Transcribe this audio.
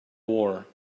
war